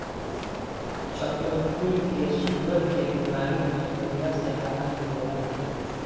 चक्रफूल के शुगर के बीमारी में खइला से आराम मिलेला